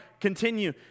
Continue